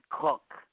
cook